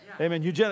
Amen